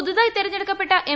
പുതുതായി തെരഞ്ഞെടുക്കപ്പെട്ട എം